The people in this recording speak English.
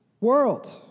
world